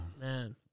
Man